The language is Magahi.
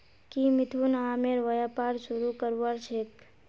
की मिथुन आमेर व्यापार शुरू करवार छेक